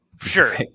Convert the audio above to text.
Sure